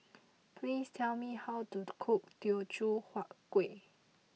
please tell me how to cook Teochew Huat Kueh